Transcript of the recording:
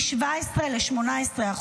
מ-17% ל-18%,